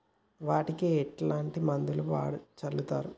వాటికి ఎట్లాంటి మందులను చల్లుతరు?